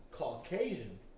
Caucasian